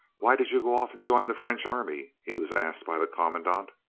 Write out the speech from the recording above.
why did you go off and join the french army? he was asked by the commandant.